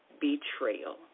betrayal